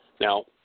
Now